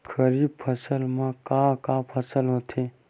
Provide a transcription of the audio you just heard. खरीफ फसल मा का का फसल होथे?